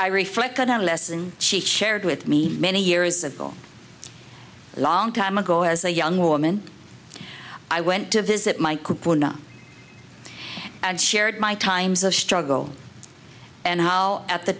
a lesson she shared with me many years ago a long time ago as a young woman i went to visit my and shared my times of struggle and how at the